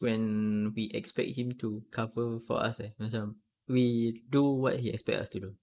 when we expect him to cover for us eh macam we do what he expect us to do